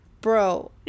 bro